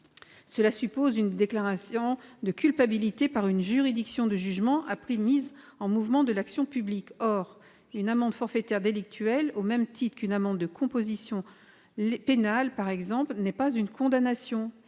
qui suppose une déclaration de culpabilité par une juridiction de jugement après mise en mouvement de l'action publique. Or une amende forfaitaire délictuelle, au même titre qu'une amende de composition pénale, par exemple, n'est pas une condamnation